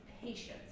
patience